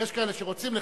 יש כאלה שרוצים לחייב.